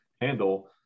handle